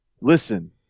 Listen